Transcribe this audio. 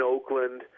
Oakland